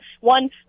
one